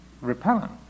repellent